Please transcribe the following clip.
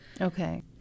Okay